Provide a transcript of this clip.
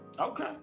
Okay